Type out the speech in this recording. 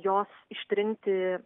jos ištrinti